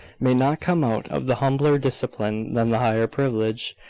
may not come out of the humbler discipline than the higher privilege.